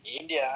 India